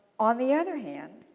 on the other hand,